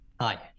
Hi